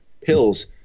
pills